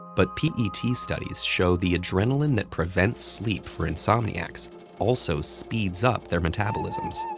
but pet studies show the adrenaline that prevents sleep for insomniacs also speeds up their metabolisms.